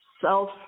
self